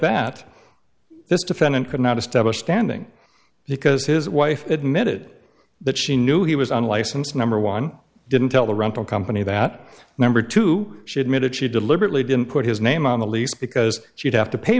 that this defendant could not establish standing because his wife admitted that she knew he was unlicensed number one didn't tell the rental company that number two she admitted she deliberately didn't put his name on the lease because she'd have to pay